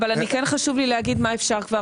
אבל כן חשוב לי להגיד מה אפשר כבר